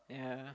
yeah